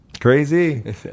crazy